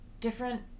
different